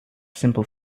simple